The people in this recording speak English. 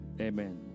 Amen